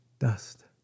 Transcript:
dust